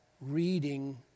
reading